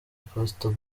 pastor